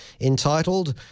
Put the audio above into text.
Entitled